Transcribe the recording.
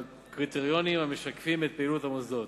קריטריונים המשקפים את פעילות המוסדות.